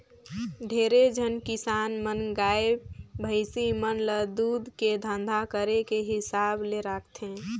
ढेरे झन किसान मन गाय, भइसी मन ल दूद के धंधा करे के हिसाब ले राखथे